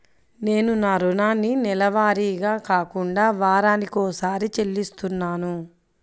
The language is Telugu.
నేను నా రుణాన్ని నెలవారీగా కాకుండా వారానికోసారి చెల్లిస్తున్నాను